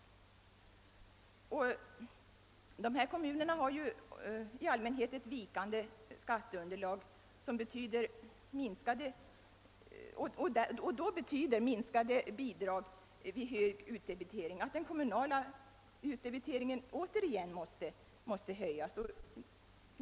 Ifrågavarande kommuner har i allmänhet ett vikande skatteunderlag, och då betyder minskade bidrag vid hög utdebitering att den kommunala utdebiteringen återigen måste höjas.